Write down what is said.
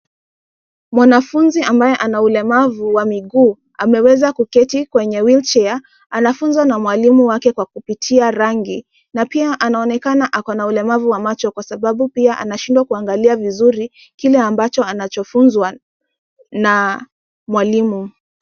Mwanafunzi ambaye ana ulemavu wa miguu, ameweza kuketi kwenye wheelchair .Anafunzwa na mwalimu wake kwa kupitia rangi, na pia anaonekana akona ulemavu wa macho, kwa sababu pia anashindwa kuangalia vizuri kile ambacho anachofunzwa na mwalimu.